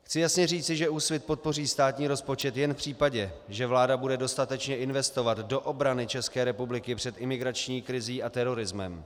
Chci jasně říci, že Úsvit podpoří státní rozpočet jen v případě, že vláda bude dostatečně investovat do obrany České republiky před imigrační krizí a terorismem.